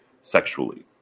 sexually